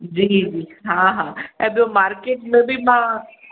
जी जी हा हा ऐं ॿियो मार्केट में बि मां